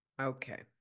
Okay